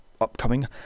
upcoming